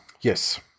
Yes